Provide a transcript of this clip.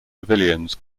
pavilions